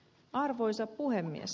arvoisa puhemies